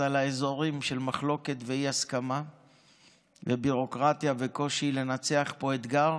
לאזורים של מחלוקת ואי-הסכמה וביורוקרטיה וקושי לנצח פה אתגר.